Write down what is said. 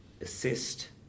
assist